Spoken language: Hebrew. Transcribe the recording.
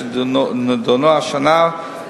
אשר נדונה השנה,